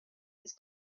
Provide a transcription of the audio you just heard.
his